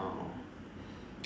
um